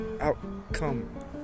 outcome